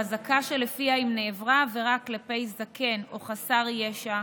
חזקה שלפיה אם נעברה כלפי זקן או חסר ישע,